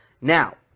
Now